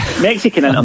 Mexican